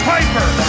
Piper